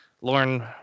lauren